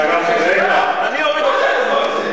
אתה מנהל משא-ומתן עם יושב-ראש הישיבה?